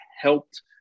helped